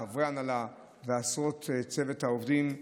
עם חברי ההנהלה ועם עשרות העובדים בצוות.